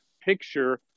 picture